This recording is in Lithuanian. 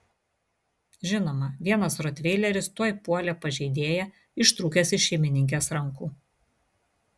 žinoma vienas rotveileris tuoj puolė pažeidėją ištrūkęs iš šeimininkės rankų